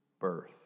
birth